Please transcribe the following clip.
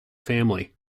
family